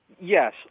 Yes